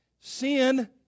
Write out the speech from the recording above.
Sin